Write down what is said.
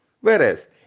Whereas